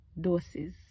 doses